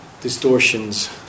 distortions